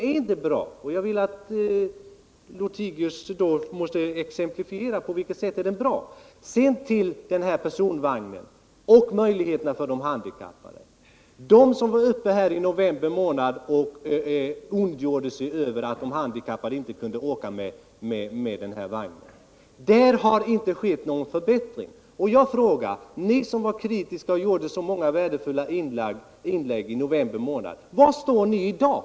Om herr Lothigius tycker att den här vagnen är bra måste han exemplifiera det. Sedan till möjligheterna för de handikappade att använda den här personvagnen. Det har inte skett någon förbättring av denna vagn sedan november månad, då många var uppe i debatten här och ondgjorde sig över vagnen. Ni som var kritiska i november månad och då gjorde så många värdefulla inlägg, var står ni i dag?